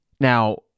Now